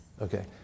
Okay